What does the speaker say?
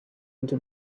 into